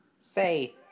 Say